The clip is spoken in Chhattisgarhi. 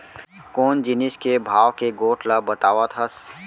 कोन जिनिस के भाव के गोठ ल बतावत हस?